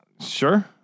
sure